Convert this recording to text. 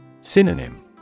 Synonym